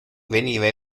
veniva